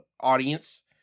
audience